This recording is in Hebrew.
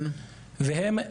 הם,